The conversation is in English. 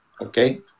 okay